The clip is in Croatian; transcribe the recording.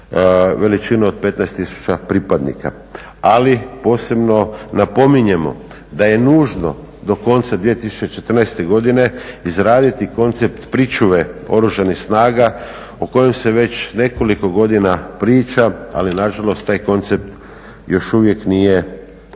veličinu od 15 tisuća pripadnika. Ali posebno napominjemo da je nužno do konca 2014. godine izraditi koncept pričuve oružanih snaga o kojem se već nekoliko godina priča, ali nažalost taj koncept još uvijek nije gotov.